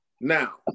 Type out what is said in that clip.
Now